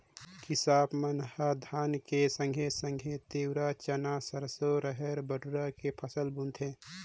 किसाप मन ह धान के संघे संघे तिंवरा, चना, सरसो, रहेर, बटुरा के फसल बुनथें